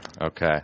Okay